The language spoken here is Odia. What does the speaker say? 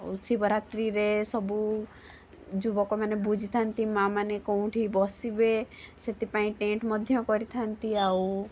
ଆଉ ଶିବରାତ୍ରିରେ ସବୁ ଯୁବକମାନେ ବୁଝିଥାନ୍ତି ମାଆ ମାନେ କେଉଁଠି ବସିବେ ସେଥିପାଇଁ ଟେଣ୍ଟ୍ ମଧ୍ୟ କରିଥାନ୍ତି ଆଉ